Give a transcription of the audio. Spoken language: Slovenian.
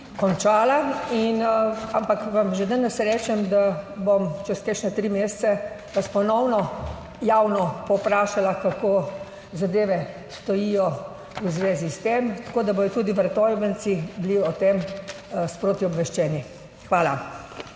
končala, ampak vam že danes rečem, da vas bom čez kakšne tri mesece ponovno javno povprašala, kako zadeve stojijo v zvezi s tem, tako da bodo tudi Vrtojbenci o tem sproti obveščeni. Hvala.